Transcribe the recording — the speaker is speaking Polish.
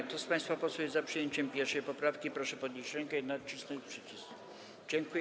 Kto z państwa posłów jest za przyjęciem 1. poprawki, proszę podnieść rękę i nacisnąć przycisk.